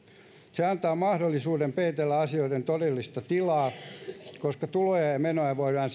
se antaa mahdollisuuden peitellä asioiden todellista tilaa koska tuloja ja ja menoja voidaan